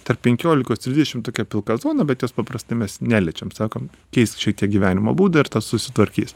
tarp penkiolikos trisdešim tokia pilka zona bet jos paprastai mes neliečiam sakom keisk šiek tiek gyvenimo būdą ir tas susitvarkys